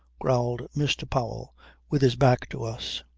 growled mr. powell with his back to us.